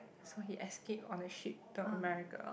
so he escaped on a ship to America